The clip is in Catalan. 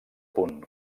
punt